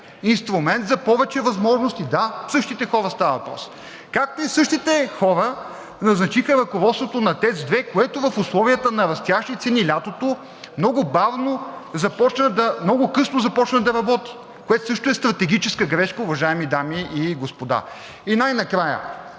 инструмент за повече възможности. Да, за същите хора става въпрос. Както и същите хора назначиха ръководството на ТЕЦ 2, което в условията на растящи цени лятото много късно започна да работи, което е стратегическа грешка, уважаеми дами и господа. И най-накрая,